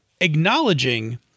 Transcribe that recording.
acknowledging